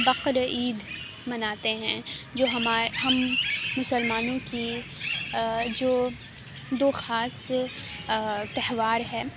بقر عید مناتے ہیں جو ہمارے ہم مسلمانوں کی جو دو خاص تہوار ہے